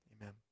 Amen